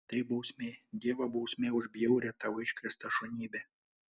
tai bausmė dievo bausmė už bjaurią tau iškrėstą šunybę